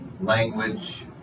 language